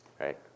right